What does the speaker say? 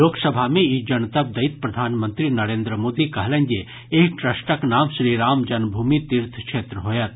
लोकसभा में ई जनतब दैत प्रधानमंत्री नरेन्द्र मोदी कहलनि जे एहि ट्रस्टक नाम श्रीराम जन्मभूमि तीर्थ क्षेत्र होयत